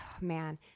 man